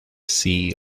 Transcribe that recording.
see